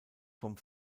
vom